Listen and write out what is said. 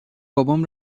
بابام